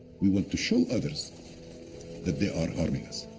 we want to show others that they are harming us.